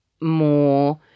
more